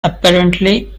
apparently